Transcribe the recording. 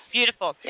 Beautiful